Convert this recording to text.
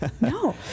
No